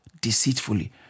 deceitfully